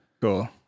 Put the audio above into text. Cool